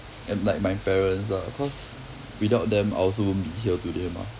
and like my parents lah cause without them I also won't be here today mah